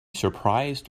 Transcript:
surprised